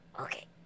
Okay